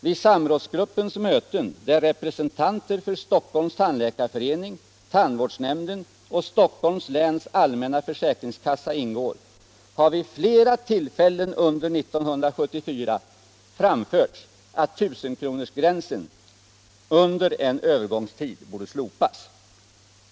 Vid samrådsgruppens möten, i vilken ingår representanter från Stockholms tandläkarförening, tandvårdsnämnden och Stockholms läns allmänna försäkringskassa, har vid flera tillfällen under 1974 framförts att 1 000-kronorsgränsen under en övergångstid borde slopas.